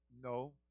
No